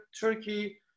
Turkey